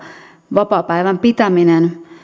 vapaapäivän pitäminen